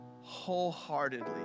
wholeheartedly